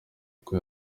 uko